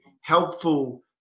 helpful